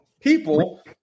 people